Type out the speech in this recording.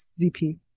ZP